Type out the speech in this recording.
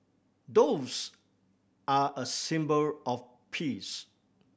doves are a symbol of peace